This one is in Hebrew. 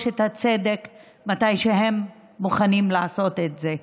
את הצדק מתי שהם מוכנים לעשות את זה.